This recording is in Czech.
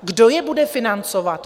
Kdo je bude financovat?